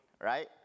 right